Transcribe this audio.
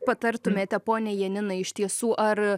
patartumėte poniai janinai iš tiesų ar